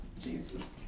Jesus